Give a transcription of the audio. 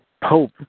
Pope